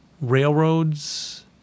railroads